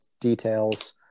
details